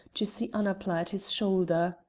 to see annapla at his shoulder.